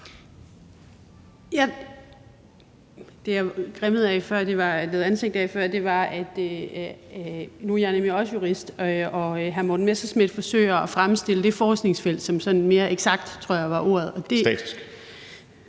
lavede ansigter af før, var – og nu er jeg jo nemlig også jurist – at hr. Morten Messerschmidt forsøger at fremstille det forskningsfelt som sådan mere eksakt, tror jeg var ordet (Morten